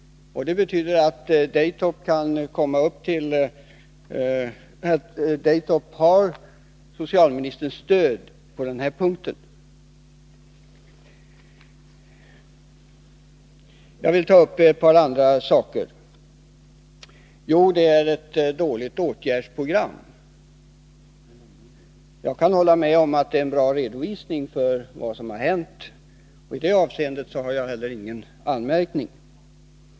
Det betyder att Daytop har socialministerns stöd på den här punkten. Det är ett dåligt åtgärdsprogram. Jag kan hålla med om att redovisningen för vad som har hänt är bra. I det avseendet har jag heller ingen anmärkning.